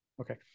okay